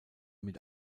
mit